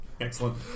excellent